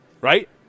right